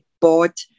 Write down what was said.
bought